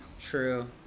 True